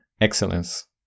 excellence